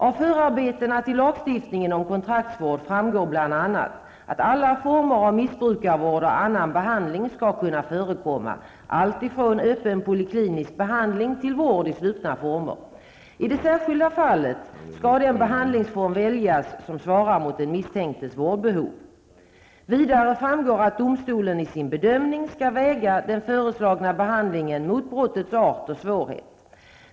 Av förarbetena till lagstiftningen om kontraktsvård framgår bl.a. att alla former av missbrukarvård och annan behandling skall kunna förekomma -- alltifrån öppen poliklinisk behandling till vård i slutna former. I det särskilda fallet skall den behandlingsform väljas som svarar mot den misstänktes vårdbehov. Vidare framgår att domstolen i sin bedömning skall väga den föreslagna behandlingen mot brottets art och svårhet.